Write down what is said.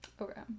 Okay